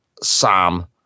Sam